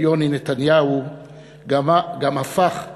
אבל יוני נתניהו גם הפך,